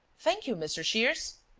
thank you, mr. shears.